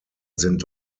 sind